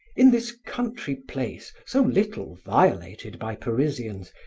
in this country place so little violated by parisians,